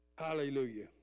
hallelujah